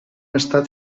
estat